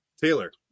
Taylor